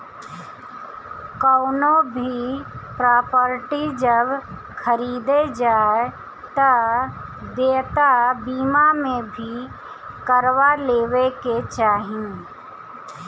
कवनो भी प्रापर्टी जब खरीदे जाए तअ देयता बीमा भी करवा लेवे के चाही